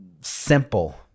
simple